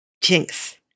Jinx